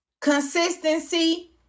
consistency